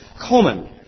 common